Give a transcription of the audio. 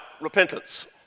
repentance